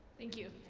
thank you.